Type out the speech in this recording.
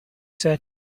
said